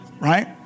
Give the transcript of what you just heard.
right